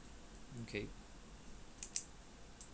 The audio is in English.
okay